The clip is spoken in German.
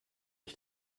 ich